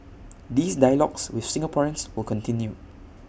these dialogues with Singaporeans will continue